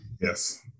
Yes